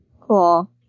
Cool